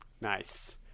nice